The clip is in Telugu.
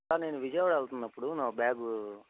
సార్ నేను విజయవాడ వెళ్తునప్పుడు నా బ్యాగ్గు